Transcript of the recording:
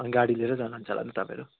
गाडी लिएर नै जानुहुन्छ होला नि तपाईँहरू